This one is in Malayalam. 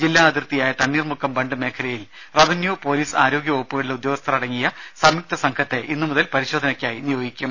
ജില്ലാ അതിർത്തിയായ തണ്ണീർമുക്കം ബണ്ട് മേഖലയിൽ റവന്യൂ പോലീസ് ആരോഗ്യ വകുപ്പുകളിലെ ഉദ്യോഗസ്ഥർ അടങ്ങിയ സംയുക്ത സംഘത്തെ ഇന്നു മുതൽ പരിശോധനയ്ക്കായി നിയോഗിക്കും